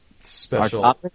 special